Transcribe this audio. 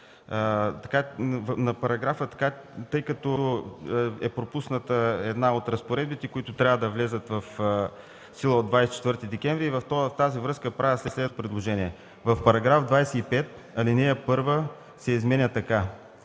на параграфа, тъй като е пропусната една от разпоредбите, които трябва да влязат в сила от 24 декември. В тази връзка правя следното предложение: „В § 25 ал. 1 се изменя така: